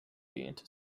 into